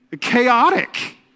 Chaotic